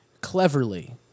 cleverly